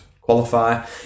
qualify